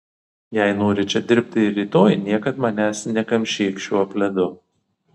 jei nori čia dirbti ir rytoj niekad manęs nekamšyk šiuo pledu